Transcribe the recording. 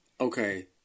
Okay